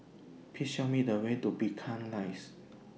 Please Show Me The Way to Binchang Rise